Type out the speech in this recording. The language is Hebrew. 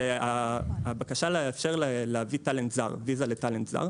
זה הבקשה לאפשר להביא ויזה לטאלנט זר.